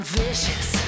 vicious